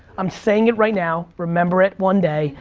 i'm sayin' it right now, remember it one day,